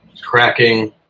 cracking